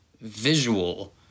visual